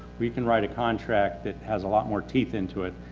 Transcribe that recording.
we can write a contract that has a lot more teeth into it,